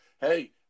Hey